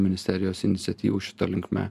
ministerijos iniciatyvų šita linkme